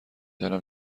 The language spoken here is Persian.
دانم